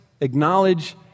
acknowledge